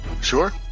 Sure